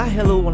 Hello